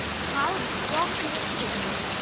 how do you talk to a stranger?